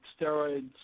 steroids